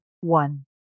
one